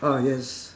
ah yes